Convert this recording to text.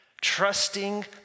trusting